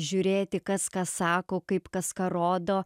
žiūrėti kas ką sako kaip kas ką rodo